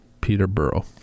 Peterborough